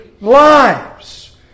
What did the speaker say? lives